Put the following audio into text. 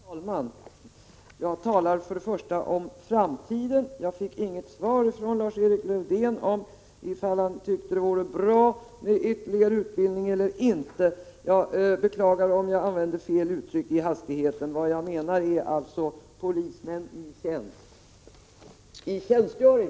Herr talman! Jag talar först och främst om framtiden. Jag fick inget svar från Lars-Erik Lövdén huruvida han tyckte det var bra med ytterligare utbildning eller inte. Jag beklagar om jag använde fel uttryck i hastigheten. Vad jag menar är alltså polismän i tjänstgöring.